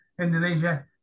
Indonesia